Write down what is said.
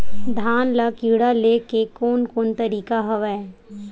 धान ल कीड़ा ले के कोन कोन तरीका हवय?